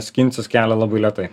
skinsis kelią labai lėtai